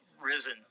risen